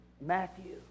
Matthew